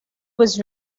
was